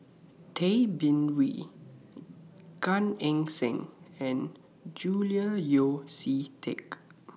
Tay Bin Wee Gan Eng Seng and Julian Yeo See Teck